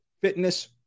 fitness